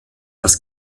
das